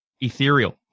Ethereal